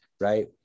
Right